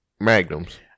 magnums